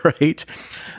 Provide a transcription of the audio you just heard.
right